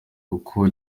kuko